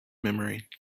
memory